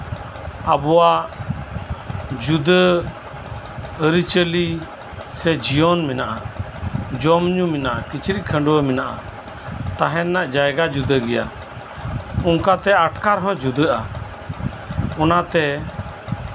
ᱟᱵᱚᱣᱟᱜ ᱡᱩᱫᱟᱹ ᱟᱹᱨᱤᱪᱟᱹᱞᱤ ᱥᱮ ᱡᱤᱭᱚᱱ ᱢᱮᱱᱟᱜᱼᱟ ᱡᱚᱢᱼᱧᱩ ᱢᱮᱱᱟᱜᱼᱟ ᱠᱤᱪᱨᱤᱡ ᱠᱷᱟᱺᱰᱣᱟᱹᱜ ᱢᱮᱱᱟᱜᱼᱟ ᱛᱟᱦᱮᱱ ᱨᱮᱭᱟᱜ ᱡᱟᱭᱜᱟ ᱦᱚᱸ ᱡᱩᱫᱟᱹ ᱜᱮᱭᱟ ᱚᱱᱠᱟᱛᱮ ᱟᱴᱠᱟᱨ ᱦᱚᱸ ᱡᱩᱫᱟᱹ ᱜᱮᱭᱟ ᱚᱱᱟᱛᱮ